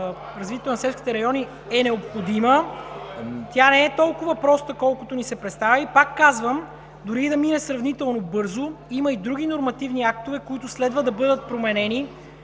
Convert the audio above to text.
развитие на селските райони е необходима, тя не е толкова проста, колкото ни се представи. Пак казвам, дори и да мине сравнително бързо, има и други нормативни актове, които следва да бъдат променени.